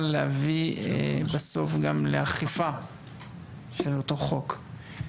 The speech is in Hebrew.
להביא בסוף גם לאכיפה של אותו חוק.